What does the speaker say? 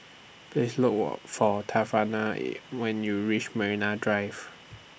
Please Look For Tawana when YOU REACH Marine Drive